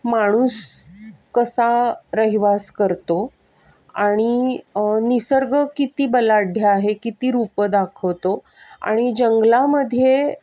माणूस कसा रहिवास करतो आणि निसर्ग किती बलाढ्य आहे किती रूपं दाखवतो आणि जंगलामध्ये